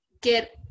get